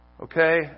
Okay